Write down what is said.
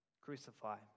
Crucify